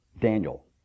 Daniel